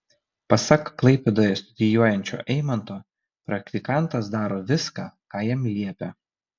pasak klaipėdoje studijuojančio eimanto praktikantas daro viską ką jam liepia